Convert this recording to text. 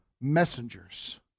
messengers